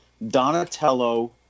Donatello